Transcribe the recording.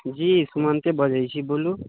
जी सुमन्ते बजै छी बोलू